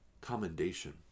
commendation